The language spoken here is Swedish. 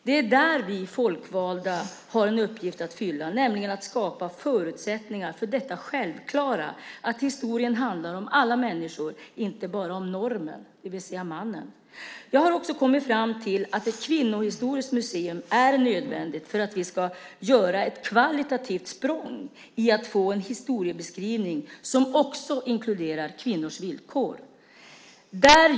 Det är där vi folkvalda har en uppgift att fylla, nämligen att skapa förutsättningar för det självklara att historien handlar om alla människor och inte bara om normen, det vill säga mannen. Jag har kommit fram till att ett kvinnohistoriskt museum är nödvändigt för att vi ska göra ett kvalitativt språng för att få en historiebeskrivning som också inkluderar kvinnors villkor.